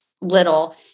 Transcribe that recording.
little